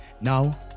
Now